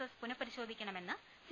S പുനപരിശോധിക്കണമെന്ന് C